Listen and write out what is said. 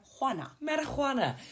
Marijuana